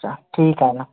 अच्छा ठीक आहे ना